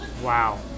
Wow